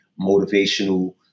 motivational